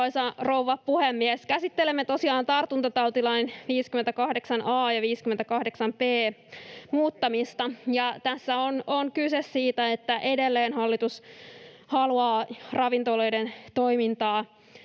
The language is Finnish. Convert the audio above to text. Käsittelemme tosiaan tartuntatautilain pykälien 58 a ja 58 b muuttamista, ja tässä on kyse siitä, että edelleen hallitus haluaa ravintoloiden toimintaa